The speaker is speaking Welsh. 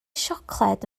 siocled